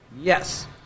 Yes